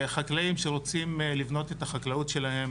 חקלאים שרוצים לבנות את החקלאות שלהם